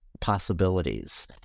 possibilities